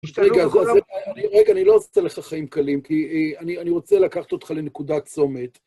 רגע, רגע, אני לא עושה לך חיים קלים, כי אני רוצה לקחת אותך לנקודת צומת.